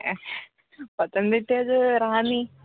പത്തനംതിട്ടയിൽ റാന്നി